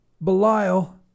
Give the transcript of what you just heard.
Belial